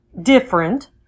different